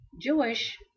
Jewish